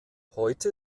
heute